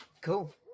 Cool